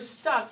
stuck